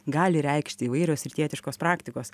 gali reikšti įvairios rytietiškos praktikos